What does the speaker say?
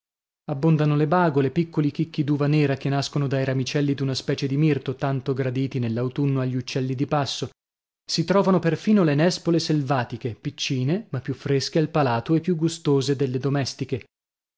abbondano le bagole piccoli chicchi d'uva nera che nascono dai ramicelli d'una specie di mirto tanto graditi nell'autunno agli uccelli di passo si trovano perfino le nespole selvatiche piccine ma più fresche al palato e più gustose delle domestiche